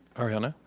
arianna?